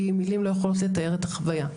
כי מילים לא יכולות לתאר את החוויה.